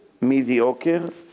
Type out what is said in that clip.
mediocre